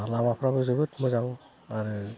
लामाफोराबो जोबोद मोजां आरो